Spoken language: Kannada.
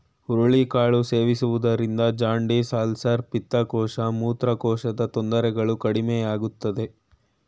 ಹುರುಳಿ ಕಾಳು ಸೇವಿಸುವುದರಿಂದ ಜಾಂಡಿಸ್, ಅಲ್ಸರ್, ಪಿತ್ತಕೋಶ, ಮೂತ್ರಕೋಶದ ತೊಂದರೆಗಳು ಕಡಿಮೆಯಾಗುತ್ತದೆ